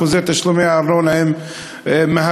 אחוזי תשלומי הארנונה הם מהגבוהים,